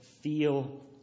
feel